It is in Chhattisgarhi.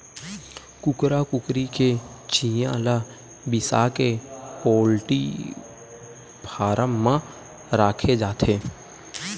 कुकरा कुकरी के चिंया ल बिसाके पोल्टी फारम म राखे जाथे